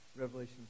Revelation